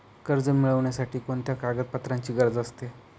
कर्ज मिळविण्यासाठी कोणत्या कागदपत्रांची गरज असते?